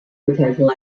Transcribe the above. potential